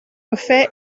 bwffe